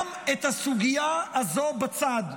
שם את הסוגיה הזאת בצד,